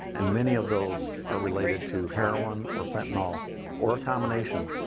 and many of those are related to heroin or fentanyl or a combination,